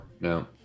No